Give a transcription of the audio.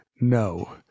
no